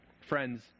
Friends